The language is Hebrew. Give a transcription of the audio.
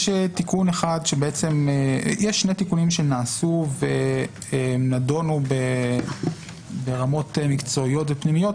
יש שני תיקונים שנעשו ונדונו ברמות מקצועיות ופנימיות,